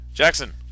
Jackson